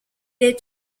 est